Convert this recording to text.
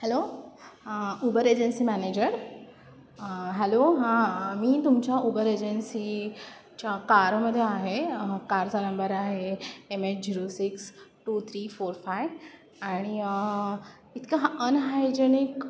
hello Uber agency manager hello हां मी तुमच्या उबर एजन्सीच्या कारमध्ये आहे कारचा नंबर आहे M H zero six two three four five आणि इतकं अनहायजेनिक